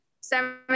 seven